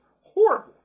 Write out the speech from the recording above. horrible